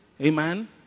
Amen